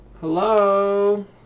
Hello